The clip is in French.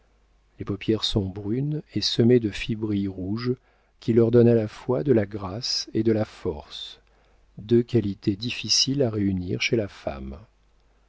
les paupières sont brunes et semées de fibrilles rouges qui leur donnent à la fois de la grâce et de la force deux qualités difficiles à réunir chez la femme